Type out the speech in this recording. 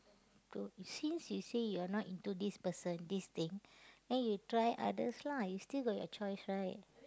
to since you say you are not into this person this thing then you try others lah you still got your choice right